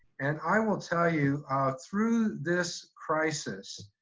and i will tell you through this crisis,